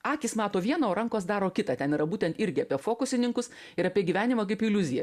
akys mato vieną o rankos daro kitą ten yra būtent irgi apie fokusininkus ir apie gyvenimą kaip iliuziją